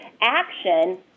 action –